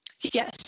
Yes